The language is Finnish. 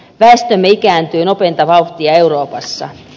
väestömme ikääntyy nopeinta vauhtia euroopassa